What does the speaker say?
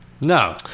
No